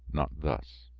not thus.